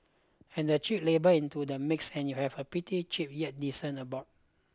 add the cheap labour into the mix and you'd have a pretty cheap yet decent abode